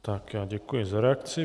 Tak já děkuji za reakci.